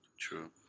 True